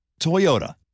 Toyota